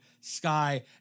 sky